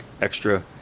extra